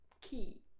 Key